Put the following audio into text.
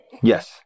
Yes